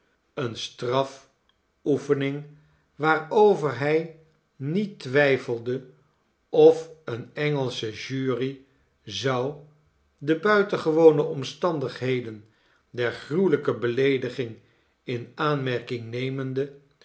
eene strafoefening waarover hij niet twijfelde of eene engelsche jury zou de buitengewone omstandigheden der gruwelijke beleediging in aanmerking nemende